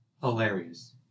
hilarious